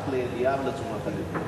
רק לידיעה ותשומת הלב.